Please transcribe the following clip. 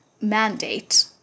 mandate